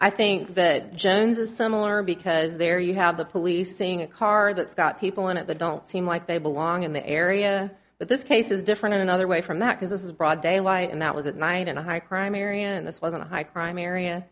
i think that jones a similar because there you have the police saying a car that's got people on it the don't seem like they belong in the area but this case is different in another way from that because this is broad daylight and that was at night in a high crime area and this wasn't a high crime area